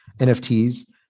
NFTs